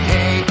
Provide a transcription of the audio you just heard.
Hey